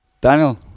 Daniel